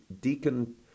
Deacon